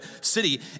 city